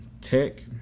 tech